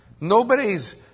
Nobody's